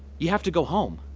you have to go home.